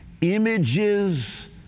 images